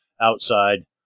outside